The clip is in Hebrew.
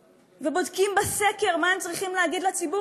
ובודקים בסקר מה הם צריכים להגיד לציבור,